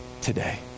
today